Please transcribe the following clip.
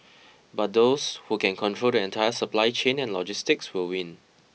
but those who can control the entire supply chain and logistics will win